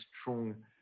strong